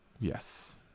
Yes